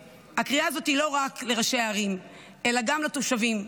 הקריאה הזאת היא לא רק לראשי ערים אלא גם לתושבים,